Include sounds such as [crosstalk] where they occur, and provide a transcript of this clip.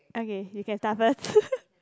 okay you can start first [laughs]